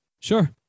sure